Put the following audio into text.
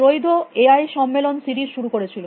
ত্রৈধ A I সম্মেলন series শুরু করেছিল